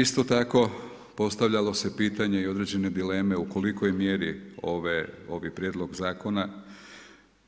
Isto tako postavljalo se pitanje i određene dileme u kolikoj mjeri ovaj Prijedlog zakona